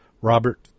Robert